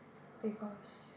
because